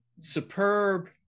superb